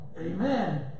Amen